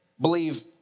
Believe